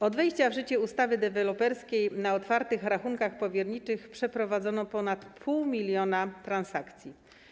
Od wejścia w życie ustawy deweloperskiej na otwartych rachunkach powierniczych przeprowadzono ponad 0,5 mln transakcji.